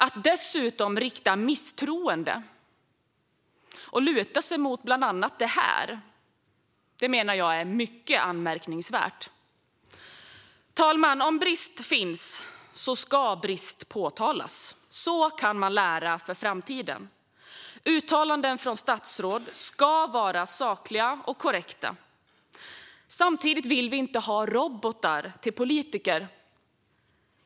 Att dessutom rikta misstroende och luta sig mot bland annat detta menar jag är mycket anmärkningsvärt. Fru talman! Om brist finns ska brist påtalas. Så kan man lära för framtiden. Uttalanden från statsråd ska vara sakliga och korrekta. Samtidigt vill vi inte ha robotar till politiker.